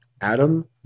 Adam